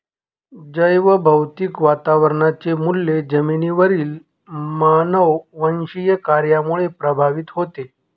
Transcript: जैवभौतिक वातावरणाचे मूल्य जमिनीवरील मानववंशीय कार्यामुळे प्रभावित होते